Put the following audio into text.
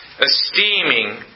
Esteeming